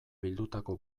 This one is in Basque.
bildutako